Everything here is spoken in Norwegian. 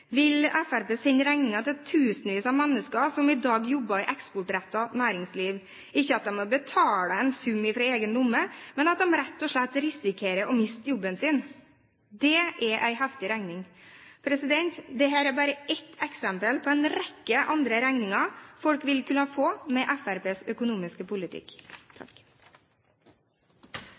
vil Fremskrittspartiet sende regningen til tusenvis av mennesker som i dag jobber i eksportrettet næringsliv, ikke slik at de må betale en sum fra egen lomme, men ved at de rett og slett risikerer å miste jobben sin. Det er en heftig regning. Det er bare et eksempel på en rekke andre regninger folk vil kunne få med Fremskrittspartiets økonomiske politikk.